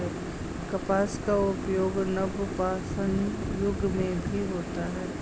कपास का उपयोग नवपाषाण युग में भी होता था